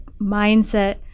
Mindset